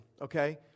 okay